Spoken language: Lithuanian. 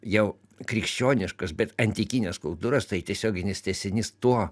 jau krikščioniškas bet antikinės kultūros tai tiesioginis tęsinys to